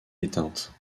éteinte